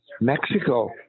Mexico